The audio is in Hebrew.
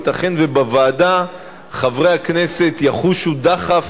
ייתכן שבוועדה חברי הכנסת יחושו דחף